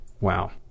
wow